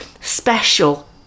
special